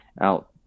out